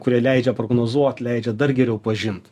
kurie leidžia prognozuot leidžia dar geriau pažint